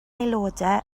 aelodau